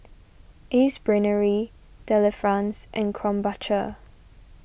Ace Brainery Delifrance and Krombacher